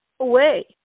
away